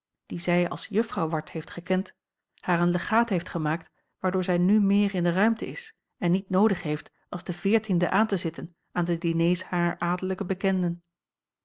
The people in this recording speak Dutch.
ward die zij als juffrouw ward heeft gekend haar een legaat heeft gemaakt waardoor zij nu meer in de ruimte is en niet noodig heeft als de veertiende aan te zitten aan de diners harer adellijke bekenden